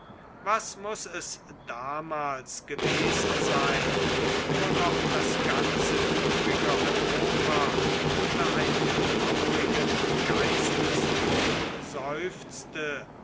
was muß es damals gewesen sein wo noch das ganze übrige europa unter einem traurigen geistesdruck seufzte